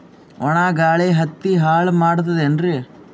ಒಣಾ ಗಾಳಿ ಹತ್ತಿ ಹಾಳ ಮಾಡತದೇನ್ರಿ?